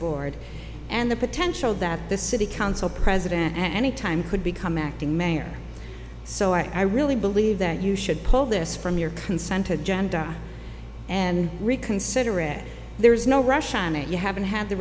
board and the potential that the city council president at any time could become acting mayor so i really believe that you should pull this from your consent agenda and reconsider red there's no rush on it you haven't had the